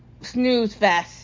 Snoozefest